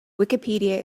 wikipedia